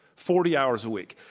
forty hours a week.